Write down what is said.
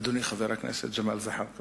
אדוני חבר הכנסת ג'מאל זחאלקה